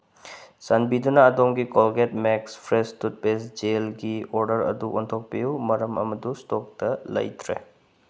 ꯆꯥꯟꯕꯤꯗꯨꯅ ꯑꯗꯣꯝꯒꯤ Colgate max fresh toothpaste ꯖꯦꯜꯒꯤ ꯑꯣꯔꯗꯔ ꯑꯗꯨ ꯑꯣꯟꯊꯣꯛꯄꯤꯌꯨ ꯃꯔꯝ ꯑꯃꯗꯨ ꯏꯁꯇꯣꯛꯇ ꯂꯩꯇ꯭ꯔꯦ